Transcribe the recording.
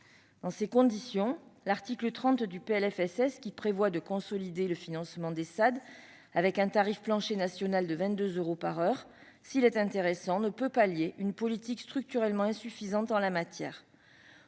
Dans ces conditions, l'article 30 du PLFSS, qui prévoit de consolider le financement des SAAD avec un tarif plancher national de 22 euros par heure, est certes intéressant, mais il ne peut pallier une politique structurellement insuffisante en la matière,